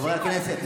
חברי הכנסת,